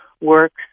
works